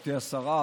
גברתי השרה,